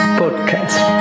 podcast